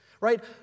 right